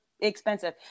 expensive